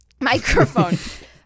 Microphone